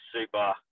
super